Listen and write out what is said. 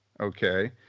okay